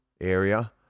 area